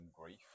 grief